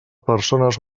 persones